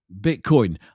Bitcoin